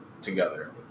together